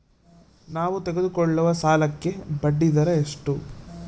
ನಾವು ತೆಗೆದುಕೊಳ್ಳುವ ಸಾಲಕ್ಕೆ ಬಡ್ಡಿದರ ಎಷ್ಟು?